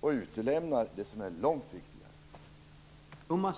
och utelämnar det som är långt viktigare?